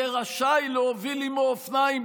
יהיה רשאי להוביל עימו אופניים,